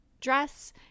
dress